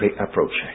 approaching